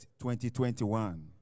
2021